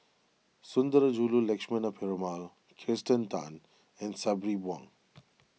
Sundarajulu Lakshmana Perumal Kirsten Tan and Sabri Buang